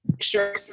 sure